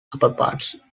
upperparts